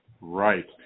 right